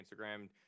Instagram